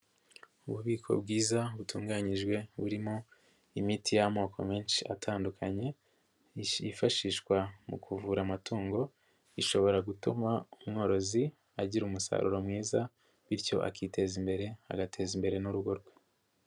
Ububiko bwiza butunganyijwe burimo imiti y'amoko menshi atandukanye, yifashishwa mu kuvura amatungo, ishobora gutuma umworozi agira umusaruro mwiza, bityo akiteza imbere, agateza imbere n'urugo rwe.